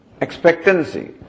expectancy